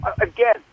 again